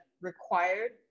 required